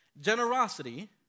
Generosity